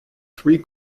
three